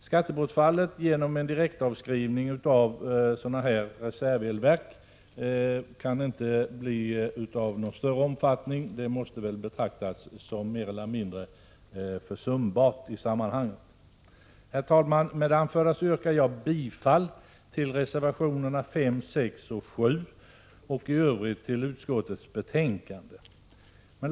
Skattebortfallet genom en direktavskrivning av sådana här reservelverk kan inte vara av större omfattning utan måste betraktas som mer eller mindre försumbart i sammanhanget. Herr talman! Med det anförda yrkar jag bifall till reservationerna 5, 6 och 7 och i övrigt till utskottets hemställan.